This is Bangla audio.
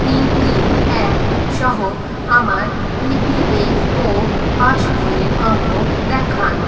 তিন তিন এক সহ আমার ইপিএফও পাসবইয়ের অঙ্ক দেখান